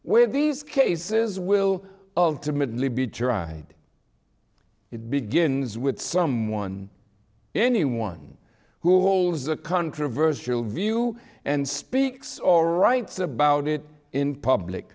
where these cases will ultimately be tried it begins with someone anyone who holds a controversial view and speaks or writes about it in public